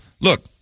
look